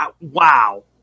Wow